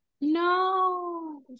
no